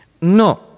No